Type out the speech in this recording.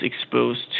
exposed